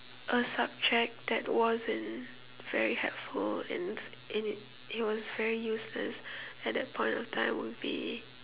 a subject that wasn't very helpful and it it was very useless at that point of time would be